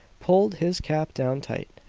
pulled his cap down tight,